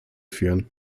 führen